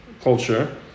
culture